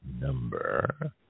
number